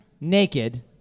naked